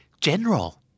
General